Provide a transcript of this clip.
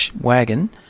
wagon